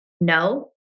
No